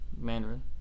Mandarin